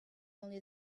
only